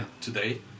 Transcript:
today